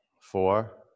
Four